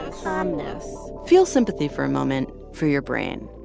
calmness feel sympathy for a moment for your brain.